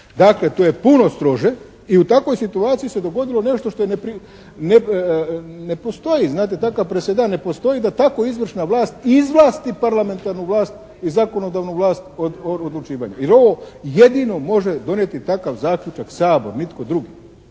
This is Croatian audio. Dakle tu je puno strože i u takvoj situaciji se dogodilo nešto što ne postoji. Znate takav presedan ne postoji da tako izvršna vlast izvlasti parlamentarnu vlast i zakonodavnu vlast o odlučivanju. Ili ovo, jedino može donijeti takav zaključak Sabor, nitko drugi.